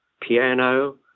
piano